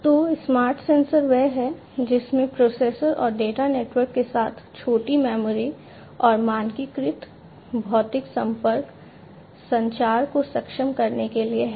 तो smart sensor वे हैं जिनमें प्रोसेसर और डेटा नेटवर्क के साथ छोटी मेमोरी और मानकीकृत भौतिक संपर्क संचार को सक्षम करने के लिए हैं